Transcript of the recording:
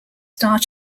star